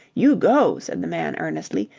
you go, said the man earnestly.